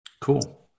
Cool